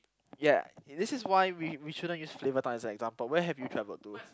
yeah this is why we we shouldn't use flavourtown as an example where have you travelled to